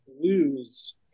Lose